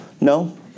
No